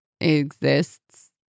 exists